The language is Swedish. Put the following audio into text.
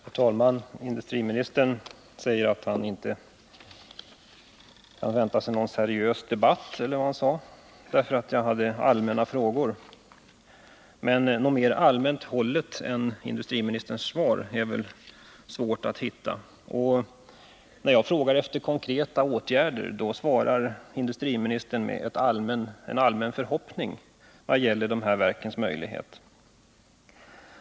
Herr talman! Industriministern säger att han inte väntade sig någon seriös debatt, eftersom jag hade ställt allmänna frågor. Men något mer allmänt hållet än industriministerns svar är väl svårt att hitta. När jag frågar efter konkreta åtgärder svarar industriministern med en allmän förhoppning i vad gäller de här verkens möjligheter.